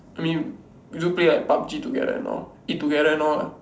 I mean we do play like PUB-G together and all eat together and all